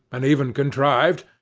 and even contrived,